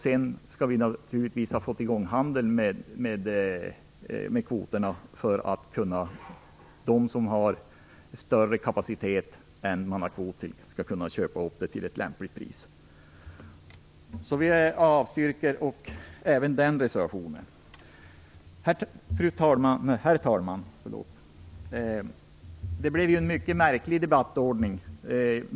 Sedan skall vi naturligtvis ha fått i gång handel med kvoterna för att de som har större kapacitet än de har kvoter skall kunna köpa sådana till ett lämpligt pris. Vi avstyrker även den reservationen. Herr talman! Det blev en mycket märklig debattordning.